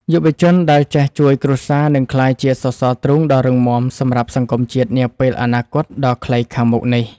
យុវជនដែលចេះជួយគ្រួសារនឹងក្លាយជាសសរទ្រូងដ៏រឹងមាំសម្រាប់សង្គមជាតិនាពេលអនាគតដ៏ខ្លីខាងមុខនេះ។